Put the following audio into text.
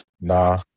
Nah